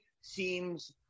seems